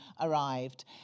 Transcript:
arrived